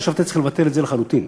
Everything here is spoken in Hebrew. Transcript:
וחשבתי שצריכים לבטל את זה לחלוטין.